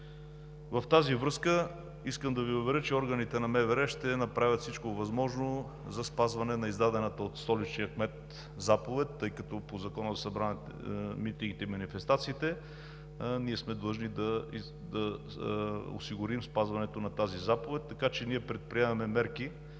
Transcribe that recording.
В тази връзка искам да Ви уверя, че органите на МВР ще направят всичко възможно за спазване на издадената от столичния кмет заповед, тъй като по Закона за събранията, митингите и манифестациите ние сме длъжни да осигурим спазването на тази заповед. Така че ние предприемаме мерки